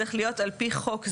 צריך להיות על פי חוק זה,